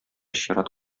чират